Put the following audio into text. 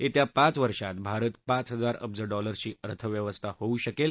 येत्या पाच वर्षात भारत पाच हजार अब्ज डॉलर्सची अर्थव्यवस्था होऊ शकेल